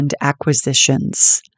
acquisitions